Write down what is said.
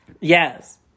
Yes